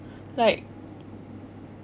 like